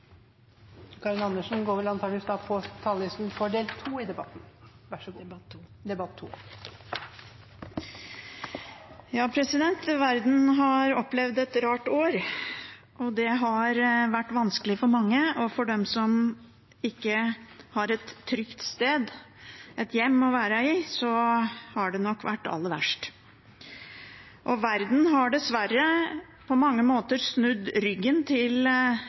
Verden har opplevd et rart år. Det har vært vanskelig for mange, og for dem som ikke har et trygt sted og et hjem å være i, har det nok vært aller verst. Og verden har dessverre på mange måter snudd ryggen til